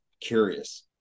curious